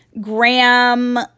graham